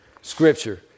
scripture